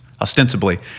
ostensibly